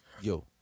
Yo